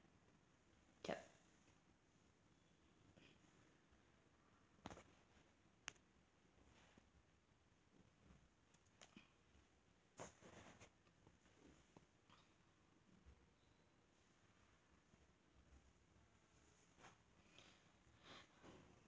yup